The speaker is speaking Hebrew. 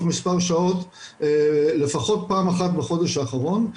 מספר שעות לפחות פעם אחת בחודש האחרון.